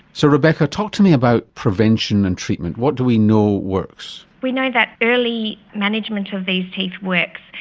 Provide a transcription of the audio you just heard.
so rebecca, talk to me about prevention and treatment, what do we know works? we know that early management of these teeth works.